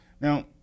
Now